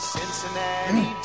Cincinnati